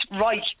right